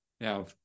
Now